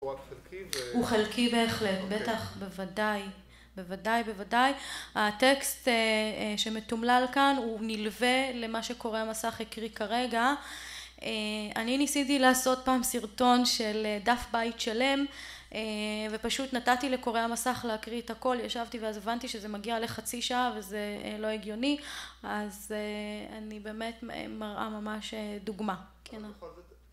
הוא חלקי בהחלט בטח בוודאי בוודאי בוודאי. הטקסט שמתומלל כאן הוא נלווה למה שקורא המסך הקריא כרגע. אני ניסיתי לעשות פעם סרטון של דף בית שלם ופשוט נתתי לקורא המסך להקריא את הכל ישבתי ואז הבנתי שזה מגיע לחצי שעה וזה לא הגיוני. אז אני באמת מראה ממש דוגמה. אבל בכל זאת..